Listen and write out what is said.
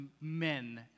men